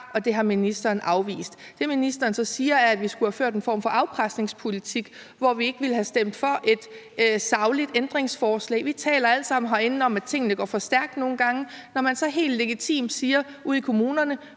og det har ministeren afvist. Det, som ministeren så siger, er, at vi skulle have ført en form for afpresningspolitik, hvor vi ikke ville have stemt for et sagligt ændringsforslag. Vi taler herinde alle sammen om, at tingene nogle gange går for stærkt. Når man så ude i kommunerne